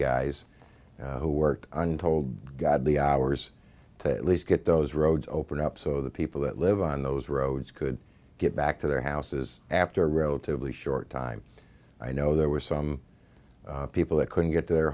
guys who work untold godly hours to at least get those roads opened up so the people that live on those roads could get back to their houses after a relatively short time i know there were some people that couldn't get to their